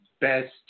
best